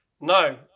No